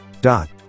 dot